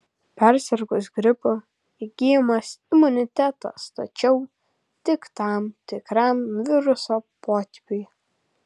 persirgus gripu įgyjamas imunitetas tačiau tik tam tikram viruso potipiui